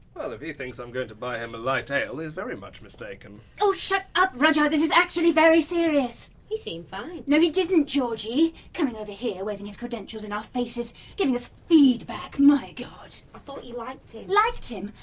well. if he thinks i'm going to buy him a light ale, he's very much mistaken. oh shut up, rudyard! this is actually very serious! he seemed fine. no he didn't, georgie! coming over here, waving his credentials in our faces giving us feedback! my god! i thought you liked him? liked him?